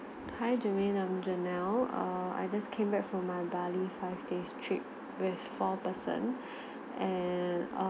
hi germane I'm janelle err I just came back from my bali five days trip with four person and err